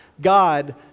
God